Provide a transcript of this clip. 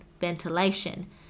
ventilation